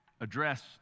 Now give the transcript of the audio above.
address